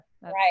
Right